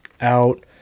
out